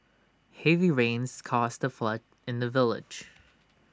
heavy rains caused A flood in the village